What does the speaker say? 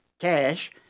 cash